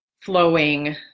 flowing